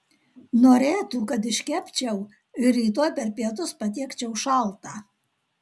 norėtų kad iškepčiau ir rytoj per pietus patiekčiau šaltą